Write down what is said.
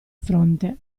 fronte